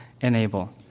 enable